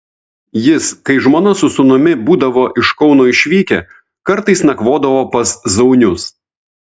jis kai žmona su sūnumi būdavo iš kauno išvykę kartais nakvodavo pas zaunius